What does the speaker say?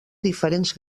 diferents